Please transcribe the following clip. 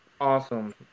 awesome